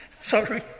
Sorry